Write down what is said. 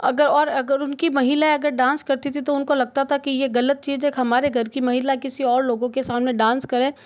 अगर और अगर उनकी महिलाएं डांस करती थी तो उनको लगता था कि ये गलत चीज है ये हमारे घर कि महिला किसी और लोगों के सामने डांस करें